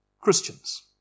Christians